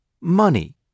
Money